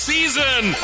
Season